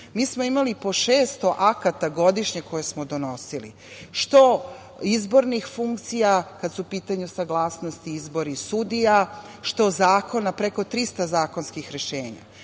smo imali po 600 akata godišnje koje smo donosili, što izbornih funkcija kada su u pitanju saglasnost i izbori sudija, što zakona, preko 300 zakonskih rešenja.